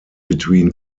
between